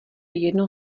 jedno